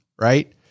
right